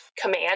command